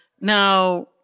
now